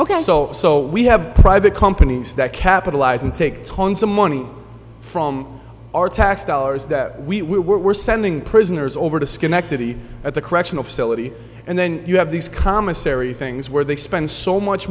ok so so we have private companies that capitalize and take tons of money from our tax dollars that we were sending prisoners over to schenectady at the correctional facility and then you have these commissary things where they spend so much